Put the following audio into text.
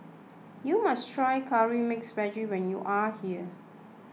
you must try Curry Mixed Vegetable when you are here